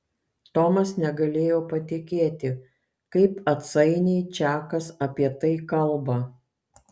tomas negalėjo patikėti kaip atsainiai čakas apie tai kalba